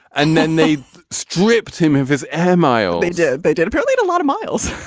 and then they stripped him of his airmail. they did. they did a lot of miles.